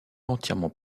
entièrement